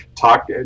talk